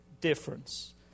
difference